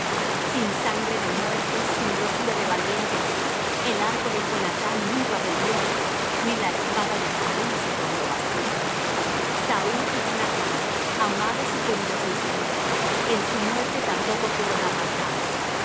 sin sangre de muertos sin grosura de valientes el arco de jonathán nunca volvió ni la espada de saúl se tornó vacía saúl y jonathán amados y queridos en su vida en su muerte tampoco fueron apartados